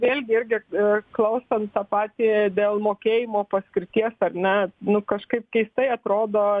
vėlgi irgi klausant tą patį dėl mokėjimo paskirties ar ne nu kažkaip keistai atrodo